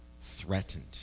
threatened